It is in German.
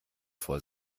vor